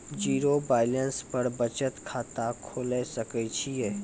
Zero balance पर बचत खाता खोले सकय छियै?